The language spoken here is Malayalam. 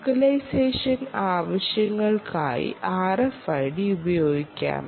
ലോക്കലൈസേഷൻ ആവശ്യങ്ങൾക്കായി RFID ഉപയോഗിക്കാം